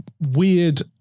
weird